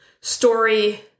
story